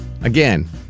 Again